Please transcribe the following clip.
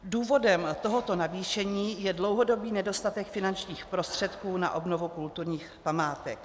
Důvodem tohoto navýšení je dlouhodobý nedostatek finančních prostředků na obnovu kulturních památek.